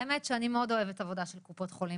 האמת היא שאני מאוד אוהבת את העבודה של קופות החולים,